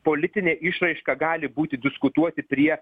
politinė išraiška gali būti diskutuoti prie